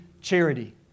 charity